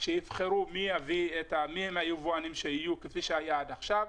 שיבחרו מי מהיבואנים שיהיו כפי שהיה עד עכשיו,